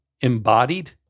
embodied